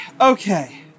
Okay